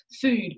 food